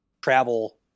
travel